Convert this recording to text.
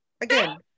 Again